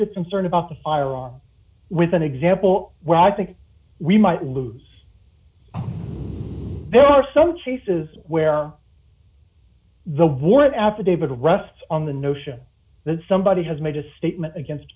your concern about the firearms with an example where i think we might lose there are some cases where the warrant affidavit rests on the notion that somebody has made a statement against